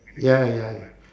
ya ya ya